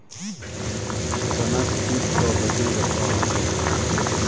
चनाक कीट स बचई रखवा ह छेक